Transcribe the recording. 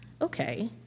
okay